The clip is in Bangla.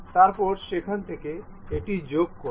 তারপর সেখান থেকে এটি যোগ করুন